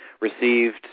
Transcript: received